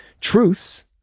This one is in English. truths